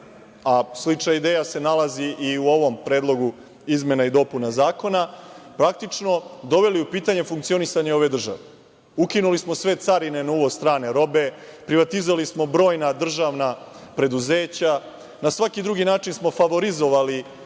a slična ideja se nalazi i u ovom predlogu izmena i dopuna zakona, praktično doveli u pitanje funkcionisanje ove države, ukinuli smo sve carine na uvoz strane robe, privatizovali smo brojna državna preduzeća, na svaki drugi način smo favorizovali